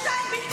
בכספים שמועברים.